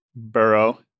Burrow